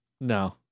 No